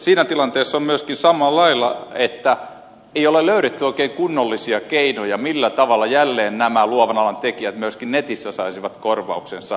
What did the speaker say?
siinä tilanteessa on myöskin samalla lailla että ei ole löydetty oikein kunnollisia keinoja millä tavalla nämä luovan alan tekijät jälleen myöskin netissä saisivat korvauksensa